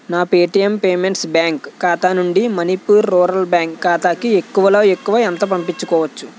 నా Paytm payments bank ఖాతా నుండి మణిపూర్ రూరల్ బ్యాంక్ ఖాతాకి ఎక్కువలో ఎక్కువ ఎంత పంపించుకోవచ్చు